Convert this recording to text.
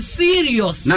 serious